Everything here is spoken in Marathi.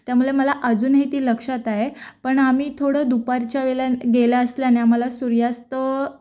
त्यामुळे मला अजूनही ती लक्षात आहे पण आम्ही थोडं दुपारच्या वेळे गेले असल्याने आम्हाला सूर्यास्त